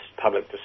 public